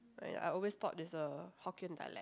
and I always thought it's a Hokkien dialect